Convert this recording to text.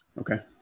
Okay